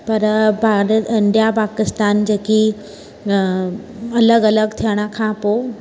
पर भार इंडिया पाकिस्तान जेकी अलॻि अलॻि थियणु खां पोइ